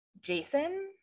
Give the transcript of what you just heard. Jason